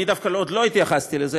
אני דווקא עוד לא התייחסתי לזה,